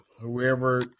whoever